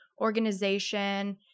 organization